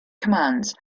commands